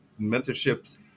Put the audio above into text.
mentorships